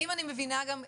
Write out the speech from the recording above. ואם אני מבינה גם,